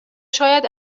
شاید